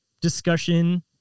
discussion